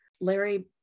Larry